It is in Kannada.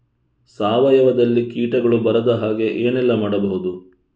ಸಾವಯವದಲ್ಲಿ ಕೀಟಗಳು ಬರದ ಹಾಗೆ ಏನೆಲ್ಲ ಮಾಡಬಹುದು?